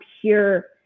pure